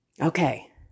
Okay